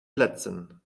plätzen